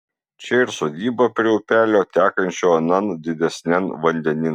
čia ir sodyba prie upelio tekančio anan didesnian vandenin